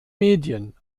medien